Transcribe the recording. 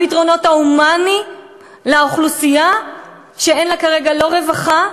הפתרונות ההומניים לאוכלוסייה שאין לה כרגע לא רווחה,